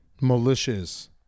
malicious